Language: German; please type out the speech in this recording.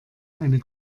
eine